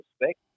respect